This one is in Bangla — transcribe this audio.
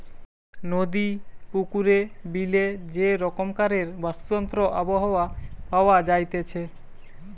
নদী, পুকুরে, বিলে যে রকমকারের বাস্তুতন্ত্র আবহাওয়া পাওয়া যাইতেছে